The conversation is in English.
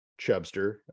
chubster